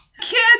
Kids